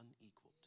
unequaled